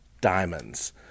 diamonds